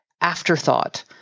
afterthought